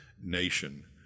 nation